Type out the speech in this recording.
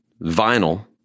vinyl